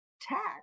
tax